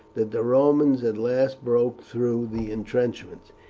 that the romans at last broke through the intrenchment.